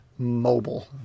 mobile